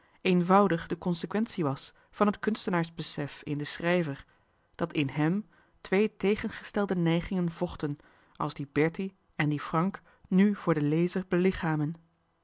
eenvoudig de consequentie was van het kunstenaarsbesef in den schrijver dat in hèm twee tegengestelde neigingen vochten als die bertie en die frank nu voor den lezer belichamen